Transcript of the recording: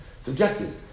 Subjective